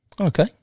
Okay